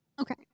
Okay